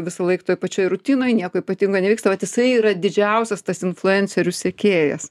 visąlaik toj pačioj rutinoj nieko ypatingo nevyksta vat jisai yra didžiausias tas influencerių sekėjas